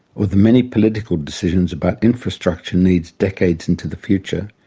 or the many political decisions about infrastructure needs decades into the future,